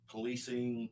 Policing